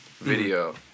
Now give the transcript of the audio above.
video